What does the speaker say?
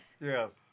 Yes